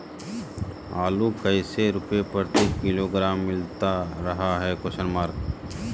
आलू कैसे रुपए प्रति किलोग्राम मिलता रहा है?